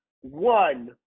one